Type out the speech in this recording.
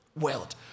world